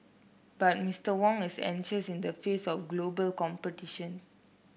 but Mister Wong is anxious in the face of global competition